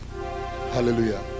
Hallelujah